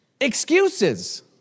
Excuses